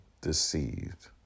deceived